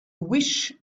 wish